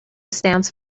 stands